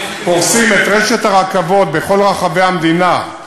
פורסים את רשת הרכבות בכל רחבי המדינה,